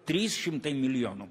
trys šimtai milijonų